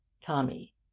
Tommy